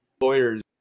lawyers